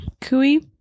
Kui